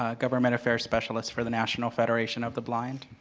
ah government affairs specialist for the national federation of the blind.